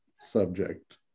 subject